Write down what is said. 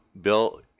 bill